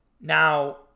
Now